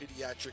pediatric